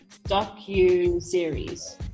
docu-series